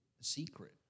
secret